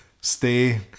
stay